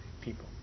people